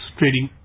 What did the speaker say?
trading